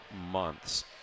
months